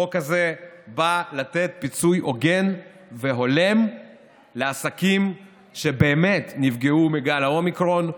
החוק הזה בא לתת פיצוי הוגן והולם לעסקים שבאמת נפגעו מגל האומיקרון.